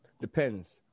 Depends